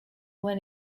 when